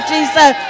Jesus